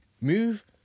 Move